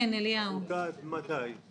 ארוכה עד מתי?